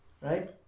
right